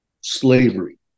slavery